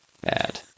bad